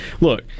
Look